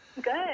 Good